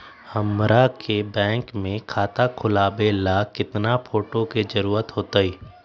हमरा के बैंक में खाता खोलबाबे ला केतना फोटो के जरूरत होतई?